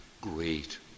great